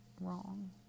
wrong